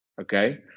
okay